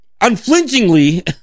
unflinchingly